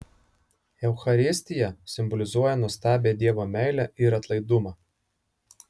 eucharistija simbolizuoja nuostabią dievo meilę ir atlaidumą